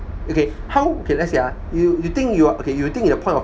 okay how okay let's say ah yo~ you think you are okay you think the point of